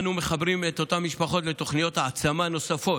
אנו מחברים את אותן משפחות לתוכניות העצמה נוספות.